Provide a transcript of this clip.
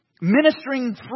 ministering